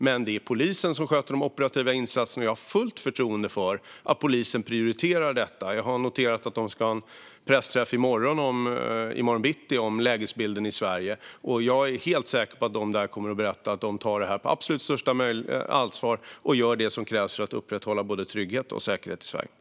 Men det är polisen som sköter de operativa insatserna, och jag har fullt förtroende för att polisen prioriterar detta. Jag har noterat att polisen ska ha en pressträff i morgon bitti om lägesbilden i Sverige. Jag är helt säker på att man där kommer att berätta att man tar detta på absolut största möjliga allvar och gör det som krävs för att upprätthålla både trygghet och säkerhet i Sverige.